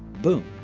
boom.